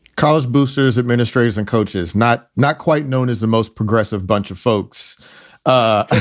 cause boosters, administrators and coaches not not quite known as the most progressive bunch of folks ah